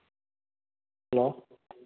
hello